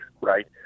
right